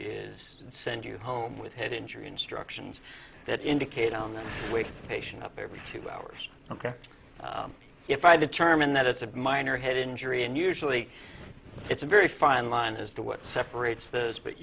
is send you home with head injury instructions that indicate on the patient up every two hours ok if i determine that it's a minor head injury and usually it's a very fine line as to what separates those but